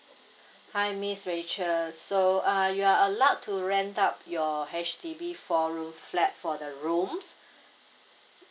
hi miss rachel so uh you are allowed to rent out your H_D_B four room flat for the rooms